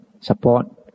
support